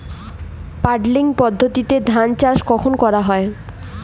Puddling পদ্ধতিতে ধান চাষ কখন করা হয়?